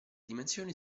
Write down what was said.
dimensioni